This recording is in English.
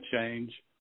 change